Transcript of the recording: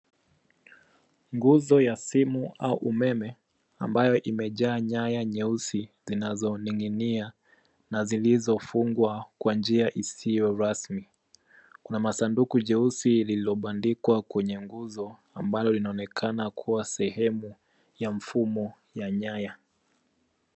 Nguzo ya simu au umeme ambayo imejaa nyaya nyeusi zinazoning'inia na zilizofungwa kwa njia isiyo rasmi. Kuna masanduku jeusi lililobandikwa kwenye nguzo ambalo linaonekana kuwa sehemu ya mfumo ya nyaya.